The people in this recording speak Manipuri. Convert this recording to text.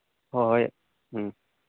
ꯍꯣꯏ ꯍꯣꯏ ꯎꯝ